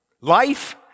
Life